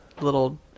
little